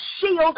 shield